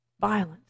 violence